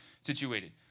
situated